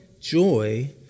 joy